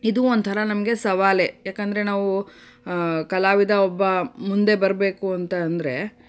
ಇದೂ ಒಂಥರ ನಮಗೆ ಸವಾಲೇ ಯಾಕಂದರೆ ನಾವು ಕಲಾವಿದ ಒಬ್ಬ ಮುಂದೆ ಬರಬೇಕು ಅಂತ ಅಂದರೆ